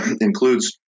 includes